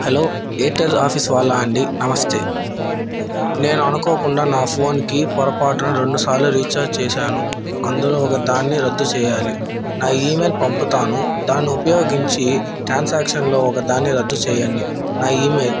hello Airtel office వాళ్ళా అండి నమస్తే నేను అనుకోకుండా నా ఫోన్కి పొరపాటును రెండు సార్లు రీచార్జ్ చేశాను అందులో ఒక దాన్ని రద్దు చేయాలి నా ఇమెయిల్ పంపుతాను దాన్ని ఉపయోగించి ట్రాన్సాక్షన్లో ఒక దాన్ని రద్దు చేయండి నా ఈమెయిల్